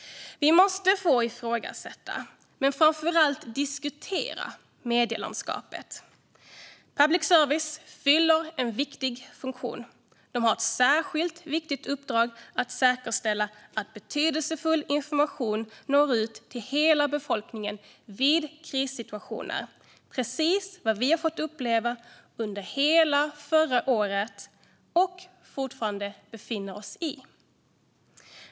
Vi måste få ifrågasätta, men framför allt diskutera, medielandskapet. Public service fyller en viktig funktion. De har ett särskilt viktigt uppdrag att säkerställa att betydelsefull information når ut till hela befolkningen vid krissituationer - precis en sådan situation som vi fick uppleva under hela förra året och fortfarande befinner oss i.